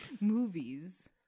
movies